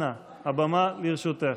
הבמה לרשותך.